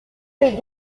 est